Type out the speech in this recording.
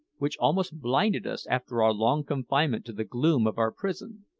which almost blinded us after our long confinement to the gloom of our prison,